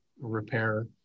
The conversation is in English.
repair